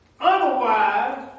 Otherwise